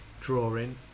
drawing